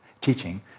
teaching